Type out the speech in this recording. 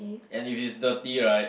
and if it's dirty right